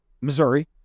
Missouri